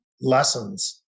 lessons